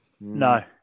No